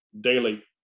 daily